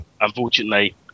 unfortunately